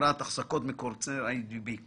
חברת אחזקות מקונצרן אי די בי,